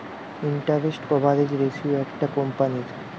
interest coverage ratio একটা কোম্পানীর